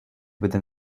within